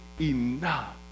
enough